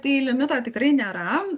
tai limito tikrai nėra